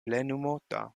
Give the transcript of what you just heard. plenumota